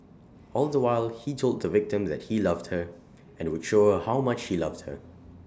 all the while he told the victim that he loved her and would show her how much he loved her